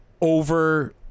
over